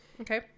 okay